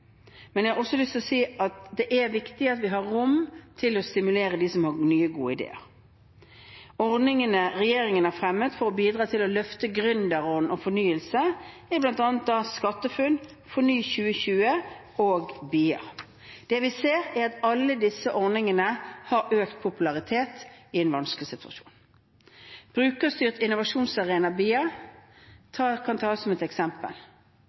men jeg har lyst til å si at det er viktig at vi har rom til å stimulere dem som har nye, gode ideer. Ordningene regjeringen har fremmet for å bidra til å løfte gründerånden og fornyelse, er bl.a. SkatteFUNN, FORNY2020 og BIA. Det vi ser, er at alle disse ordningene har økt popularitet i en vanskelig situasjon. Brukerstyrt innovasjonsarena, BIA, kan tas som et eksempel.